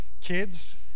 Kids